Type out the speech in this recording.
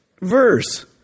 verse